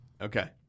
Okay